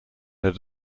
their